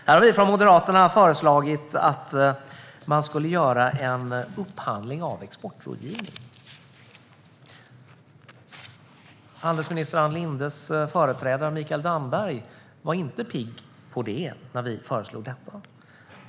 Här har vi från Moderaterna föreslagit en upphandling av exportrådgivning. Handelsminister Ann Lindes företrädare Mikael Damberg var inte pigg på en sådan upphandling.